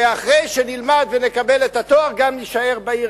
ואחרי שנלמד ונקבל את התואר גם נישאר בעיר